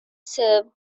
served